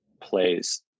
plays